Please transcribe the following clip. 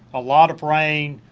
a lot of rain,